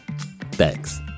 Thanks